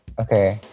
Okay